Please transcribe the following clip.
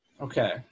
Okay